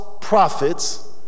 prophets